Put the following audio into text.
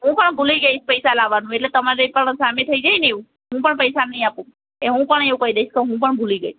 હું પણ ભૂલી જઈશ પૈસા લાવવાનું એટલે તમારે પણ સામે થઈ જાય ને એવું હું પણ પૈસા નહીં આપું એ હું પણ એવું કહી દઇશ કે હું પણ ભૂલી ગઈ